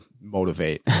motivate